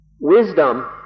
Wisdom